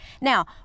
Now